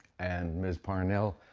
and ms. parnell,